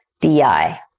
DI